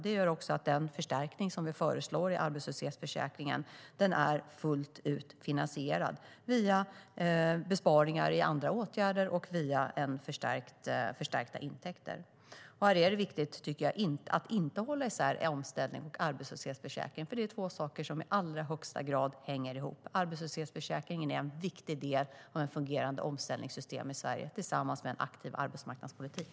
Det gör att den förstärkning som vi föreslår i arbetslöshetsförsäkringen fullt ut är finansierad via besparingar i andra åtgärder och via förstärkta intäkter. Här är det viktigt, tycker jag, att inte hålla isär omställning och arbetslöshetsförsäkring, för det är två saker som i allra högsta grad hänger ihop. Arbetslöshetsförsäkringen är en viktig del av ett fungerande omställningssystem i Sverige, tillsammans med en aktiv arbetsmarknadspolitik.